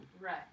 Right